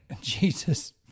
Jesus